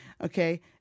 Okay